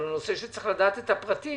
אבל הוא נושא שצריך לדעת את הפרטים,